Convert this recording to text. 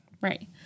Right